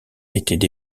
étaient